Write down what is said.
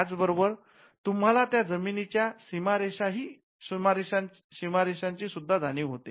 त्याच बरोबर तूम्हाला त्या जमीनीच्या सीमा रेषांची सुद्धा जाणीव होते